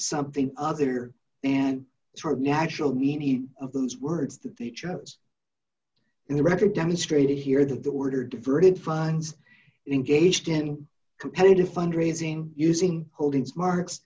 something other and national media of those words that they chose and the record demonstrated here that the order diverted funds engaged in competitive fund raising using holdings marks